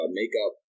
makeup